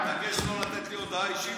תתביישו